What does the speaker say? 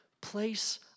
place